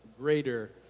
greater